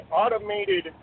automated